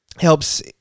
helps